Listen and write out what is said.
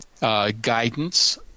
Guidance